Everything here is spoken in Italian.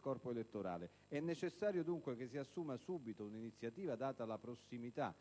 corpo elettorale. È necessario dunque che si assuma subito un'iniziativa, data la prossimità